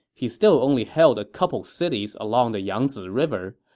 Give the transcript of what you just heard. he still only held a couple cities along the yangzi river,